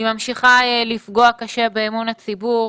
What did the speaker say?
היא ממשיכה לפגוע קשה באמון הציבור.